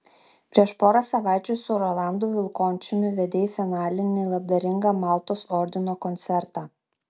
prieš porą savaičių su rolandu vilkončiumi vedei finalinį labdaringą maltos ordino koncertą